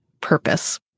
purpose